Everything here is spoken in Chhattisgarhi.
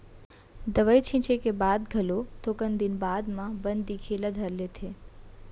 दवई छींचे के बाद घलो थोकन दिन बाद म बन दिखे ल धर लेथे